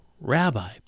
Rabbi